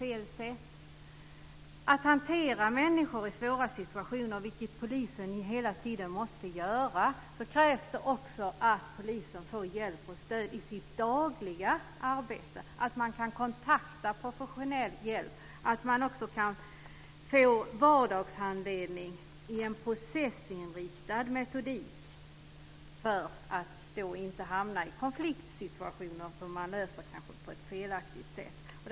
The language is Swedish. För att kunna hantera människor i svåra situationer, vilket polisen hela tiden måste göra, krävs också att polisen får hjälp och stöd i sitt dagliga arbete. De ska kunna söka professionell hjälp, men också kunna få vardagshandledning i en processinriktad metodik för att inte hamna i konfliktsituationer som kan leda till felaktiga lösningar.